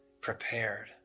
Prepared